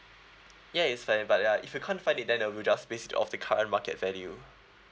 yeah it's fine but uh if you can't find it then I would just base it of the current market value